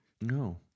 no